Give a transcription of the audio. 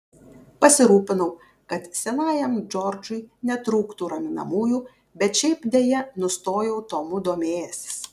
pasirūpinau kad senajam džordžui netrūktų raminamųjų bet šiaip deja nustojau tomu domėjęsis